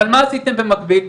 אבל מה עשיתם במקביל,